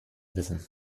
wissen